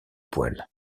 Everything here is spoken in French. poils